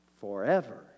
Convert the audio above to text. forever